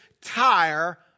tire